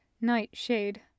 nightshade